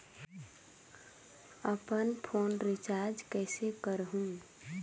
अपन phone recharge कइसे करहु?